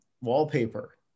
wallpaper